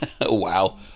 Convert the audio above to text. Wow